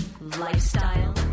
lifestyle